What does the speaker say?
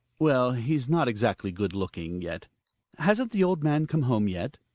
well, he's not exactly good-looking yet hasn't the old man come home yet?